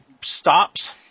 stops